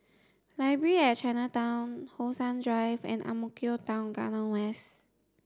Library at Chinatown How Sun Drive and Ang Mo Kio Town Garden West